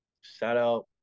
Shout-out